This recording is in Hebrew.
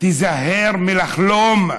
תיזהר מלחלום.